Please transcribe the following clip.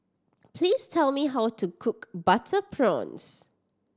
please tell me how to cook butter prawns